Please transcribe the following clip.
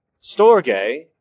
Storge